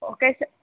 okay sir